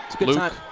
Luke